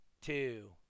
two